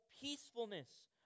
peacefulness